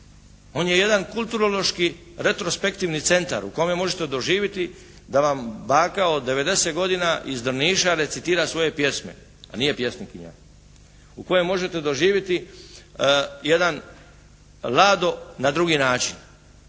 On je jedan kulturološki, retrospektivni centar u kome možete doživjeti da vam baka od 90 godina iz Drniša recitira svoje pjesme, a nije pjesnikinja. U kojem možete doživjeti jedan lado na drugi način.